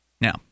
Now